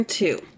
two